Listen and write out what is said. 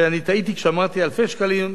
אני טעיתי כשאמרתי "אלפי שקלים".